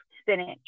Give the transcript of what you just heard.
spinach